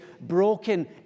broken